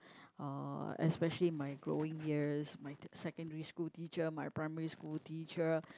uh especially my growing years my secondary school teacher my primary school teacher